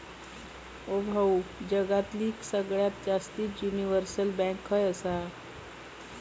ओ भाऊ, जगातली सगळ्यात जास्तीचे युनिव्हर्सल बँक खय आसा